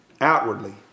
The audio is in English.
outwardly